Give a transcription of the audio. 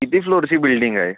किती फ्लोअरची बिल्डिंग आहे